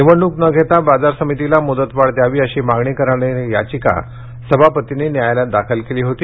निवडणूक न घेता बाजार समितीला मुदतवाढ द्यावी अशी मागणी करणारी याचिका सभापतींनी न्यायालयात दाखल केली होती